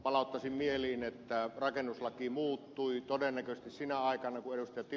palauttaisin mieliin että rakennuslaki muuttui todennäköisesti sinä aikana kun ed